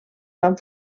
van